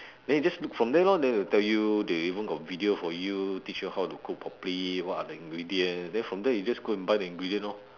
then you just look from there lor then they will tell you they even got video for you teach you how to cook properly what are the ingredient then from there you just go and buy the ingredient lor